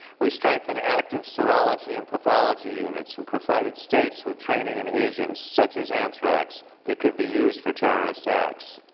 we strengthened active serology and pathology units and provided states with training and agents such as anthrax that could be used for terrorist acts.